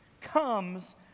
comes